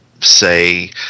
say